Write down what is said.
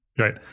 Right